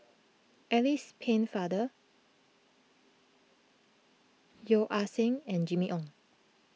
Alice Pennefather Yeo Ah Seng and Jimmy Ong